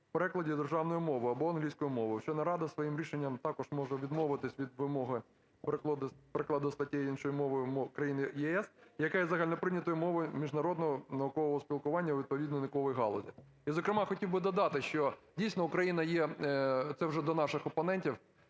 у перекладі державною мовою, або англійською мовою. Вчена рада своїм рішенням також може відмовитися від вимоги перекладу статей іншою мовою країн ЄС, яка є загальноприйнятою мовою міжнародного наукового спілкування у відповідній науковій галузі". І, зокрема, хотів би додати, що дійсно Україна є – це вже до наших опонентів,